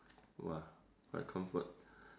!wah! what comfort